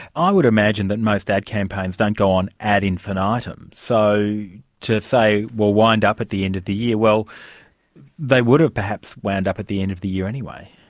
i would imagine that most ad campaigns don't go on ad infinitum, so to say we'll wind up at the end of the year, well they would have perhaps wound up at the end of the year anyway.